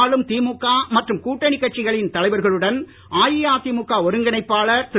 ஆளும் திமுக மற்றும் கூட்டணி கட்சிகளின் தலைவர்களுடன் அஇஅதிமுக ஒருங்கிணைப்பாளர் திரு